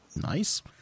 nice